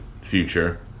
future